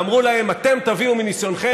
ואמרו להם: אתם תביאו מניסיונכם,